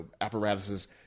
apparatuses